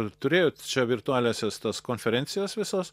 ar turėjot čia virtualiąsias tas konferencijas visas